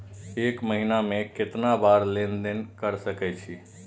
एक महीना में केतना बार लेन देन कर सके छी?